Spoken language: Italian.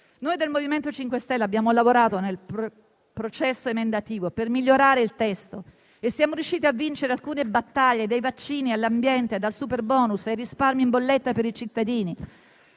Noi del MoVimento 5 Stelle abbiamo lavorato nel processo emendativo per migliorare il testo e siamo riusciti a vincere alcune battaglie: dai vaccini all'ambiente, dal superbonus ai risparmi in bolletta per i cittadini.